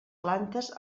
plantes